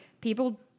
people